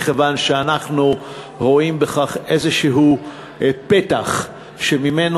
מכיוון שאנחנו רואים בכך איזשהו פתח שממנו